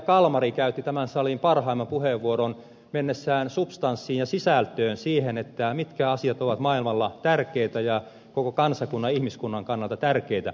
kalmari käytti tämän salin parhaimman puheenvuoron mennessään substanssiin ja sisältöön siihen mitkä asiat ovat maailmalla tärkeitä ja koko kansakunnan ihmiskunnan kannalta tärkeitä